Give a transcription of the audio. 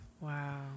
wow